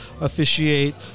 officiate